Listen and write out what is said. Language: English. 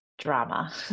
drama